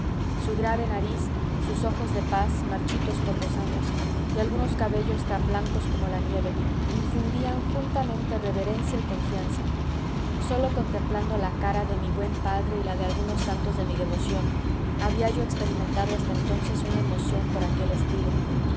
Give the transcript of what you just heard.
su grave nariz sus ojos de paz marchitos por los años y algunos cabellos tan blancos como la nieve infundían juntamente reverencia y confianza sólo contemplando la cara de mi buen padre y la de algunos santos de mi devoción había yo experimentado hasta entonces una emoción por aquel estilo